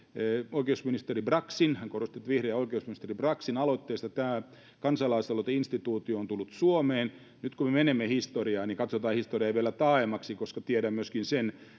oikeusministeri braxin hän korosti että vihreän oikeusministerin braxin aloitteesta tämä kansalaisaloiteinstituutio on tullut suomeen nyt kun me menemme historiaan niin katsotaan historiaa vielä taaemmaksi koska tiedän myöskin sen